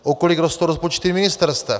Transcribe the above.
O kolik rostou rozpočty ministerstev?